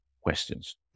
questions